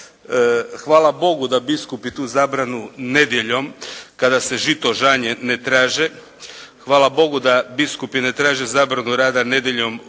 Hvala Bogu da biskupi tu zabranu nedjeljom kada se žito žanje ne traže, hvala Bogu da biskupi ne traže zabranu rada nedjeljom